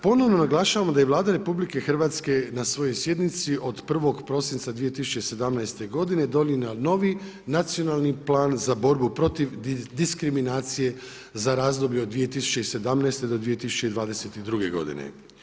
Ponovno naglašavamo da je Vlada RH na svojoj sjednici od 1. prosinca 2017. godine donijela novi Nacionalni plan za borbu protiv diskriminacije za razdoblje od 2017. do 2022. godine.